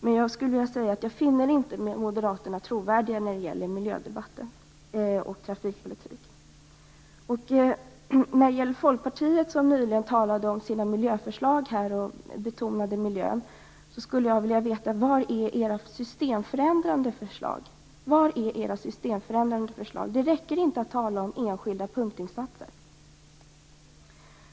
Men jag finner inte Moderaterna trovärdiga när det gäller miljödebatten och trafikpolitiken. Folkpartiet talade nyligen om sina miljöförslag och betonade miljön. Jag skulle vilja veta var era systemförändrande förslag är. Det räcker inte att tala om enskilda punktinsatser.